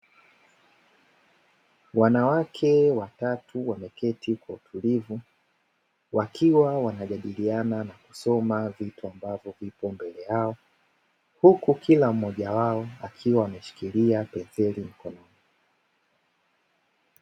Wanawake watatu wameketi kwa utulivu wakiwa wanajadiliana na kusoma vitu ambavyo vipo mbele yao, huku kila mmoja wao akiwa ameshikilia penseli mkononi.